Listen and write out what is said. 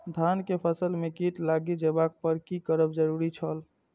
धान के फसल में कीट लागि जेबाक पर की करब जरुरी छल?